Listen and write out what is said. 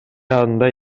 андай